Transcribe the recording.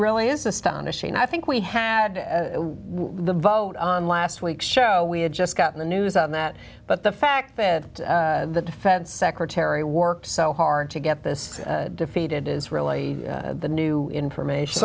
really is astonishing and i think we had the vote on last week's show we had just gotten the news on that but the fact that the defense secretary worked so hard to get this defeated is really the new information